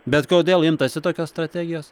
bet kodėl imtasi tokios strategijos